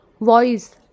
Voice